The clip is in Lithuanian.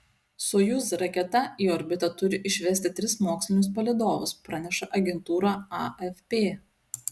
sojuz raketa į orbitą turi išvesti tris mokslinius palydovus praneša agentūra afp